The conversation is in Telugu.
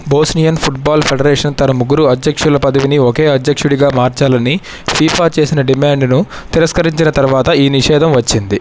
బోస్నియన్ ఫుట్బాల్ ఫెడరేషన్ తన ముగ్గురు అధ్యక్షుల పదవిని ఒకే అధ్యక్షుడిగా మార్చాలని ఫీఫా చేసిన డిమాండును తిరస్కరించిన తర్వాత ఈ నిషేధం వచ్చింది